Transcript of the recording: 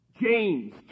James